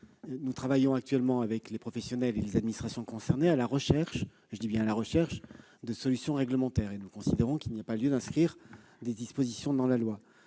Nous travaillons actuellement avec les professionnels et les administrations concernées à la recherche de solutions réglementaires, et nous considérons qu'il n'y a pas lieu d'inscrire de telles dispositions dans la loi.